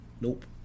Nope